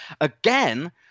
again